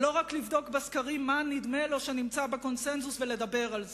לא רק לבדוק בסקרים מה נדמה לו שנמצא בקונסנזוס ולדבר על זה.